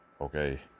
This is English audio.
Okay